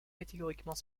catégoriquement